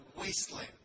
wasteland